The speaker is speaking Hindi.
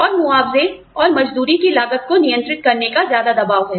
और मुआवजे और मजदूरी की लागत को नियंत्रित करने का ज्यादा दबाव है